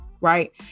Right